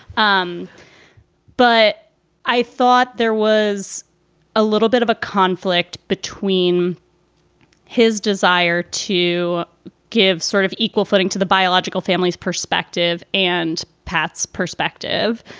um but i thought there was a little bit of a conflict between his desire to give sort of equal footing to the biological family's perspective and pat's perspective.